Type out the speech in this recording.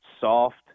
Soft